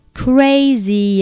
crazy